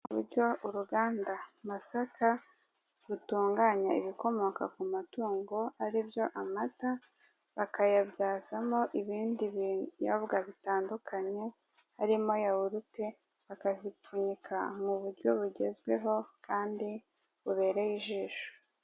Ibyo uruganda masaka rutunganya ibikomoka ku matungo ari byo amata, bakayabyazamo ibindi binyobwa bitandukanye harimo yawurute, bakazipfunyika mu buryo bugezweho kandi bubereye ijisho.